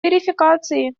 верификации